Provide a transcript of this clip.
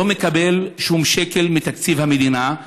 לא מקבל שום שקל מתקציב המדינה,